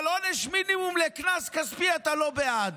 אבל עונש מינימום לקנס כספי אתה לא בעד.